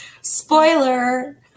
spoiler